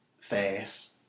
Fast